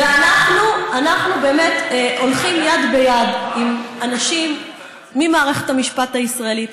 אנחנו באמת הולכים יד ביד עם אנשים ממערכת המשפט הישראלית,